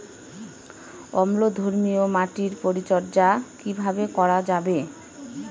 অম্লধর্মীয় মাটির পরিচর্যা কিভাবে করা যাবে?